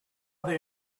they